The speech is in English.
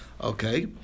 Okay